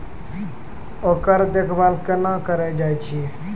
ओकर देखभाल कुना केल जायत अछि?